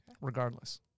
regardless